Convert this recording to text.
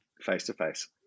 Face-to-face